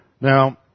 Now